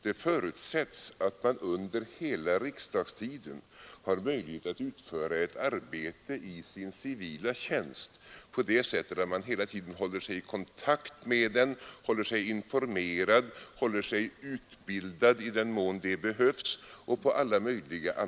Det förutsätts att man under hela riksdagstiden har möjlighet att utföra arbete i sin civila tjänst på det sättet att man hela tiden håller kontakt med den, håller sig informerad och håller sig utbildad i den mån det behövs.